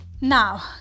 now